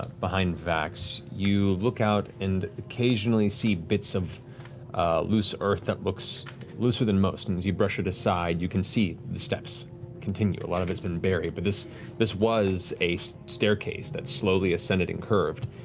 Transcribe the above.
behind vax, you look out and occasionally see bits of loose earth that looks looser than most. and as you brush it aside, you can see the steps continue. a lot of it's been buried, but this this was a staircase that slowly ascended and curved.